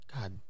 God